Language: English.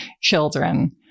children